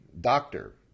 doctor